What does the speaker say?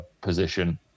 position